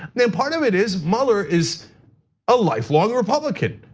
then part of it is, mueller is a life long republican,